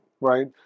right